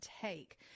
take